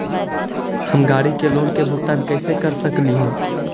हम गाड़ी के लोन के भुगतान कैसे कर सकली हे?